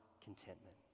contentment